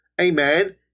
amen